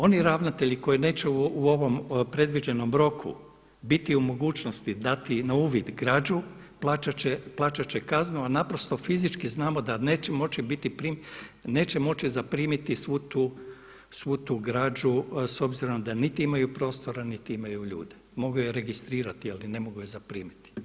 Oni ravnatelji koji neće u ovom predviđenom roku biti u mogućnosti dati na uvid građu, plaćat će kaznu, a naprosto fizički znamo da neće moći zaprimiti svu tu građu s obzirom da niti imaju prostora, niti imaju ljude. mogu je registrirati, ali ne mogu je zaprimiti.